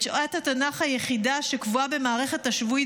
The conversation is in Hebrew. את שעת התנ"ך היחידה שקבועה במערכת השבועית